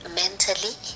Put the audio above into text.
mentally